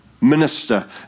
minister